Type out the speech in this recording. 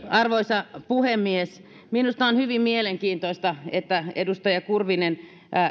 arvoisa puhemies minusta on hyvin mielenkiintoista että edustaja kurvinen